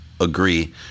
agree